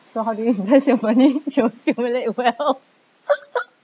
so how do you invest your money to accumulate wealth